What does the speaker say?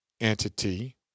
entity